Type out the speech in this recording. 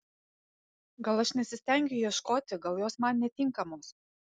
gal aš nesistengiu ieškoti gal jos man netinkamos